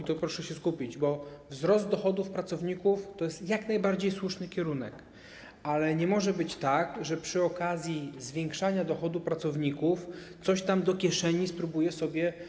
I tu proszę się skupić, bo wzrost dochodów pracowników to jest jak najbardziej słuszny kierunek, ale nie może być tak, że przy okazji zwiększania dochodu pracowników coś tam do kieszeni spróbuje sobie uszczknąć rząd.